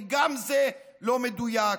כי גם זה לא מדויק.